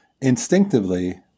instinctively